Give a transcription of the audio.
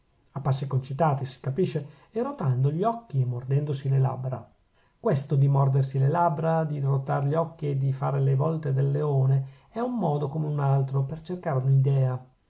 a passi concitati si capisce e rotando gli occhi e mordendosi le labbra questo di mordersi le labbra di rotar gli occhi e di fare le volte del leone è un modo come un altro per cercare un'idea